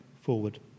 forward